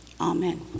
Amen